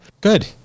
Good